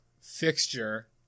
fixture